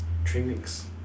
three weeks